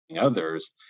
others